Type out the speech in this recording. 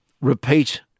repeat